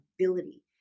ability